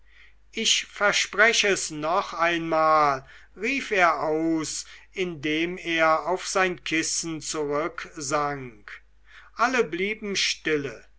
ich versprech es noch einmal rief er aus indem er auf sein kissen zurücksank alle blieben stille